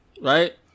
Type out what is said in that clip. right